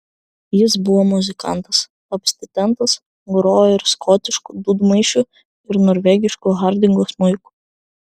jis buvo muzikantas abstinentas grojo ir škotišku dūdmaišiu ir norvegišku hardingo smuiku